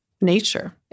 nature